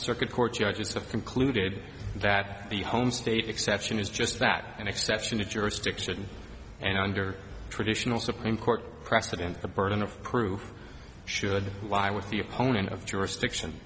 circuit court judges have concluded that the home state exception is just that an exception to jurisdiction and under traditional supreme court precedent the burden of proof should lie with the opponent of jurisdiction